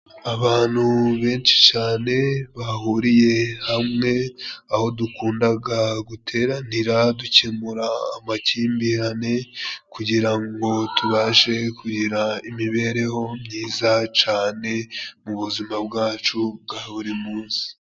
Abantu benshi cane bahuriye hamwe aho dukundaga guteranira dukemura amakimbirane, kugira ngo tubashe kugira imibereho myiza cane mu buzima bwacu bwa buri munsi.